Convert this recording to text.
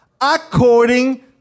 According